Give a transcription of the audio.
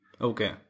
Okay